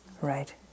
right